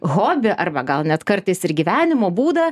hobį arba gal net kartais ir gyvenimo būdą